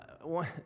one